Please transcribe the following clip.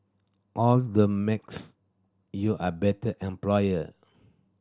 all that makes you a better employer